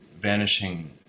vanishing